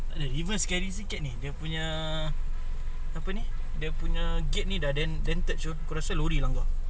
takde reverse scary sikit ni dia punya apa ni dia punya gate ni dah den~ dented [siol] aku rasa lori langgar